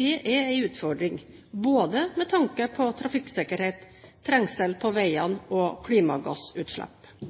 Det er en utfordring, både med tanke på trafikksikkerhet, trengsel på veiene og klimagassutslipp.